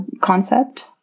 concept